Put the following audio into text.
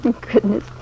goodness